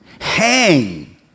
hang